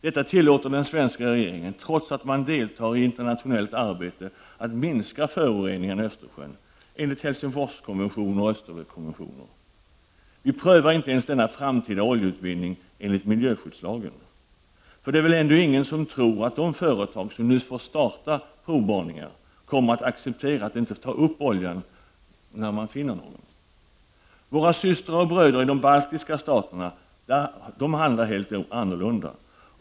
Detta tillåter den svenska regeringen, trots att den deltar i internationellt arbete att minska föroreningarna i Östersjön enligt Helsingforskonventioner och Östersjökonventioner. Vi prövar inte ens denna framtida oljeutvinning enligt miljöskyddslagen. För det är väl ingen som tror att de företag som nu får starta provborrningar kommer att acceptera att inte ta upp den olja som de finner. Våra systrar och bröder i de baltiska staterna handlar helt annorlunda.